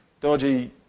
Dodgy